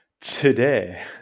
Today